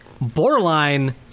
borderline